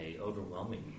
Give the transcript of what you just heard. overwhelming